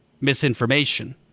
misinformation